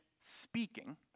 speaking